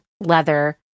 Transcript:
leather